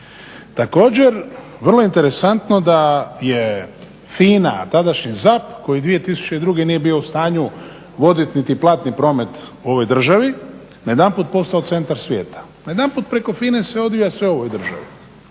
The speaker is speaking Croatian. Također, vrlo interesantno da je FINA, tadašnji ZAP koji 2002. nije bio u stanju voditi niti platni promet u ovoj državi, najedanput postao centar svijeta. Najedanput preko FINA-e se odvija sve u ovoj državi,